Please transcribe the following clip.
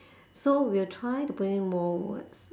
so we'll try to put in more words